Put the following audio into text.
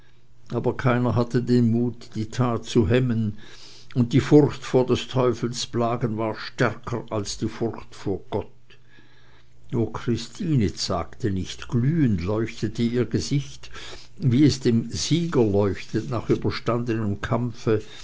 aber keiner hatte mut die tat zu hemmen und die furcht vor des teufels plagen war stärker als die furcht vor gott nur christine zagte nicht glühend leuchtete ihr gesicht wie es dem sieger leuchtet nach überstandenem kampfe